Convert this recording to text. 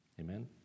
Amen